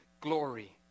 glory